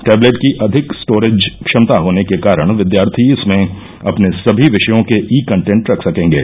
tablet की अधिक storage क्षमता होने के कारण विद्यार्थी इसमें अपने सभी विषयों के ई कंटेन्ट रख सकेंगे